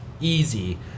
Easy